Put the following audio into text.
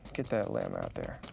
get that limb out there.